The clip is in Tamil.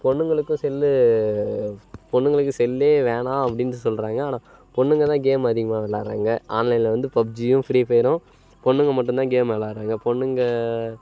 பொண்ணுங்களுக்கும் செல்லு பொண்ணுங்களுக்கு செல்லே வேணாம் அப்படின்னு சொல்கிறாங்க ஆனால் பொண்ணுங்க தான் கேமு அதிகமாக விளாட்றாங்க ஆன்லைனில் வந்து பப்ஜியும் ஃப்ரீ ஃபயரும் பொண்ணுங்க மட்டும் தான் கேமு விளாட்றாங்க பொண்ணுங்க